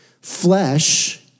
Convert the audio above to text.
Flesh